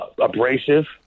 abrasive